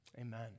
Amen